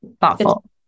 thoughtful